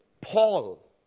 Paul